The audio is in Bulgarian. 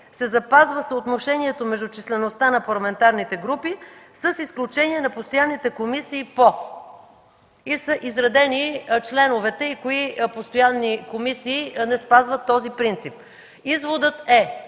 се запазва съотношението между числеността на парламентарните групи с изключение на постоянните комисии по...”. И са изредени членовете и кои постоянни комисии не спазват този принцип. Изводът е,